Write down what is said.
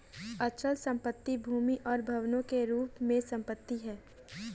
अचल संपत्ति भूमि और भवनों के रूप में संपत्ति है